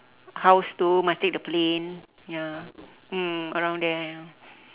house itu must take the plane ya mm around there